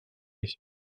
ich